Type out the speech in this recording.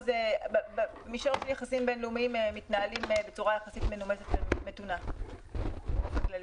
יחסים בין לאומיים מתנהלים בצורה מתונה באופן כללי.